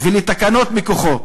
ולתקנות מכוחו.